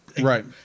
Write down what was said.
Right